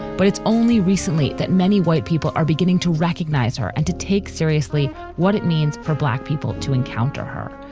but it's only recently that many white people are beginning to recognize her and to take seriously what it means for black people to encounter her.